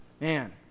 man